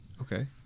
Okay